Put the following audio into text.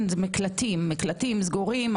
זה מקלטים סגורים.